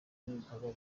n’ibikorwa